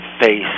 face